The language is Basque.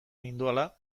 nindoala